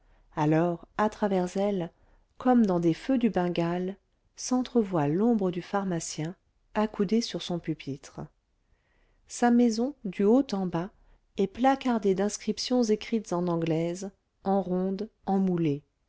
alors à travers elles comme dans des feux du bengale s'entrevoit l'ombre du pharmacien accoudé sur son pupitre sa maison du haut en bas est placardée d'inscriptions écrites en anglaise en ronde en moulée